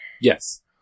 Yes